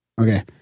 Okay